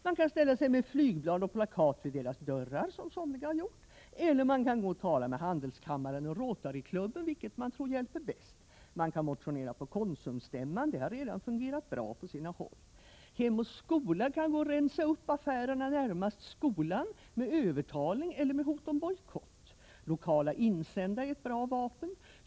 Man kan ställa sig med flygblad och plakat vid deras dörrar, som somliga har gjort, eller man kan gå och tala med handelskammaren och Rotaryklubben, vilketdera man tror hjälper bäst. Man kan motionera på Konsumstämman. Det har redan fungerat bra på sina håll. Hem och skola-föreningen kan gå och rensa upp i affärerna närmast skolan, med övertalning eller med hot om bojkott. Lokala insändare är ett bra vapen.